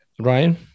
Ryan